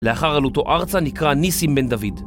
לאחר עלותו ארצה נקרא ניסים בן דוד